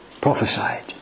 prophesied